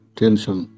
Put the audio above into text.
tension